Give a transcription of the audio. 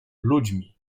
ludźmi